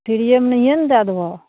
फ्रिएमे नहिए ने दै देबहक